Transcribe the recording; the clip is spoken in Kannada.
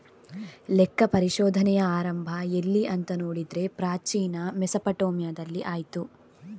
ಲೆಕ್ಕ ಪರಿಶೋಧನೆಯ ಆರಂಭ ಎಲ್ಲಿ ಅಂತ ನೋಡಿದ್ರೆ ಪ್ರಾಚೀನ ಮೆಸೊಪಟ್ಯಾಮಿಯಾದಲ್ಲಿ ಆಯ್ತು